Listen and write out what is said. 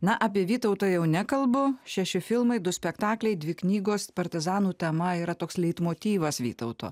na apie vytautą jau nekalbu šeši filmai du spektakliai dvi knygos partizanų tema yra toks leitmotyvas vytauto